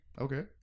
Okay